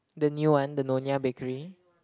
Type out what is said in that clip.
the new one the Nyonya bakery